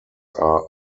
are